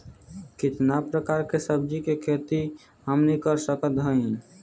कितना प्रकार के सब्जी के खेती हमनी कर सकत हई?